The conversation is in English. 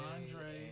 Andre